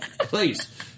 Please